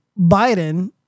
Biden